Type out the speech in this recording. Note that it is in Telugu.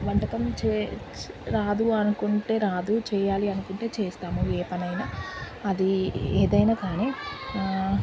వంటకం చే రాదు అనుకుంటే రాదు చేయాలి అనుకుంటే చేస్తాము ఏ పనైనా అది ఏదైనా కానీ